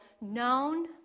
known